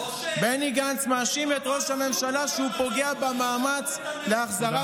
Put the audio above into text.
בני גנץ מאשים את ראש הממשלה שהוא פוגע במאמץ להחזרת